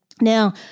Now